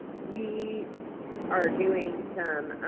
we are doing some